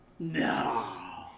No